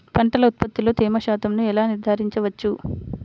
పంటల ఉత్పత్తిలో తేమ శాతంను ఎలా నిర్ధారించవచ్చు?